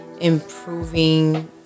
improving